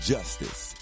Justice